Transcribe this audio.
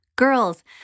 Girls